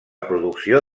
producció